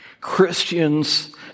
Christians